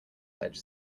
ledge